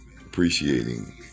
appreciating